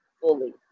fully